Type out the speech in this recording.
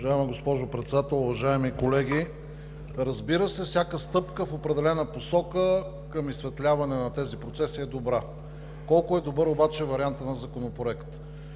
Уважаема госпожо Председател, уважаеми колеги! Разбира се, всяка стъпка в определена посока към изсветляване на тези процеси е добра. Колко е добър обаче вариантът на Законопроекта?!